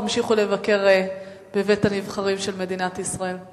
תמשיכו לבקר בבית-הנבחרים של מדינת ישראל.